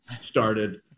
started